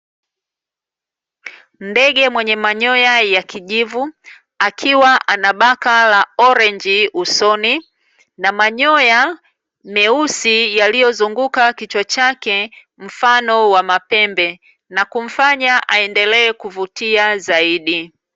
Ndege mwenye manyoya ya kijivu, akiwa ana baka la orenji usoni na manyoya meusi, yaliyozunguka kichwa chake mfano wa mapembe, na kumfanya aendelee kuvutia zaidi.